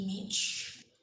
image